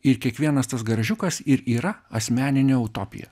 ir kiekvienas tas garažiukas ir yra asmeninė utopija